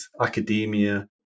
academia